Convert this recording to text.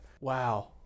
Wow